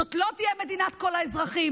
זאת לא תהיה מדינת כל האזרחים.